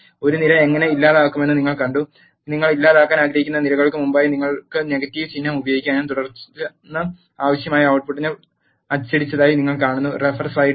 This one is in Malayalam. ഒരു നിര എങ്ങനെ ഇല്ലാതാക്കാമെന്ന് നിങ്ങൾ കണ്ടു നിങ്ങൾ ഇല്ലാതാക്കാൻ ആഗ്രഹിക്കുന്ന നിരകൾക്ക് മുമ്പായി നിങ്ങൾക്ക് നെഗറ്റീവ് ചിഹ്നം ഉപയോഗിക്കാനും തുടർന്ന് ആവശ്യമായ output ട്ട് പുട്ട് അച്ചടിച്ചതായി നിങ്ങൾ കാണും